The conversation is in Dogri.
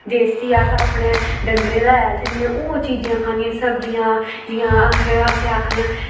देसी अस अपने डंगरे दा हैल दिन्ने आं ओह् चीजां खानियां सब्जियां जियां अस आखने आं